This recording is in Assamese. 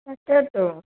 তাকেটো